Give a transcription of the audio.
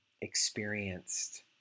experienced